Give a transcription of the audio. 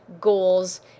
goals